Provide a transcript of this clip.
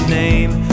name